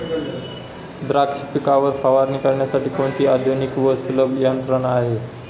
द्राक्ष पिकावर फवारणी करण्यासाठी कोणती आधुनिक व सुलभ यंत्रणा आहे?